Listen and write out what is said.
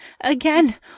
Again